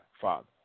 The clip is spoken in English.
Father